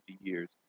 years